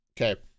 Okay